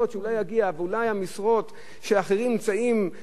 ואולי המשרות שאחרים נמצאים והיום ממלאים תפקיד,